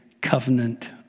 covenant